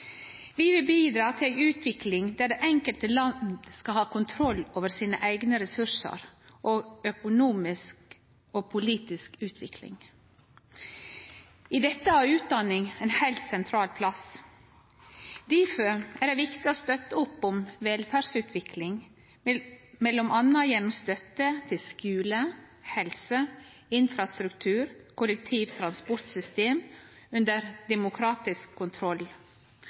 Vi vil bidra til ei utvikling der det enkelte land skal ha kontroll over sine eigne ressursar og sin økonomiske og politiske utvikling. I dette har utdanning ein heilt sentral plass. Difor er det viktig å støtte opp om velferdsutvikling, m.a. gjennom støtte til skule, helse, infrastruktur og kollektive transportsystem under demokratisk kontroll.